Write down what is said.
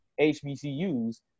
HBCUs